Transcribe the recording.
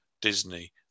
Disney